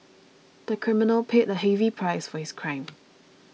the criminal paid a heavy price for his crime